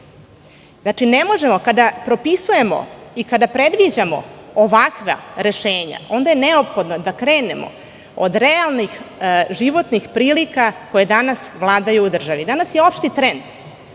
ekonomije. Znači, kada propisujemo i kada predviđamo ovakva rešenja, onda je neophodno da krenemo od realnih životnih prilika koje danas vladaju u državi. Danas je opšti trend